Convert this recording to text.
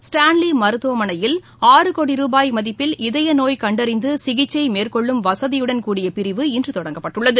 Stanley மருத்துவமனையில் ஆறு கோடி ரூபாய் மதிப்பில் இதய நோய் கண்டறிந்து சிகிச்சை மேற்கொள்ளும் வசதியுடன் கூடிய பிரிவு இன்று தொடங்கப்பட்டுள்ளது